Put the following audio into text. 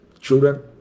Children